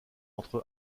entre